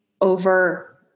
over